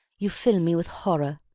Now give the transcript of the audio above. you fill me with horror.